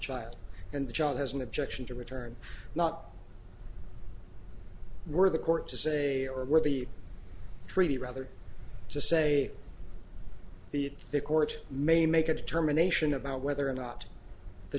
child and the child has an objection to return not worth the court to say or what the treaty rather to say the court may make a determination about whether or not the